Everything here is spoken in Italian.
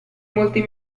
molti